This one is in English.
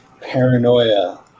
paranoia